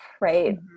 right